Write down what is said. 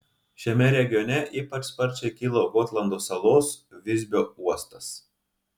šiame regione ypač sparčiai kilo gotlando salos visbio uostas